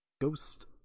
Ghost